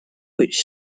which